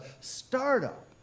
startup